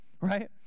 right